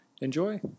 Enjoy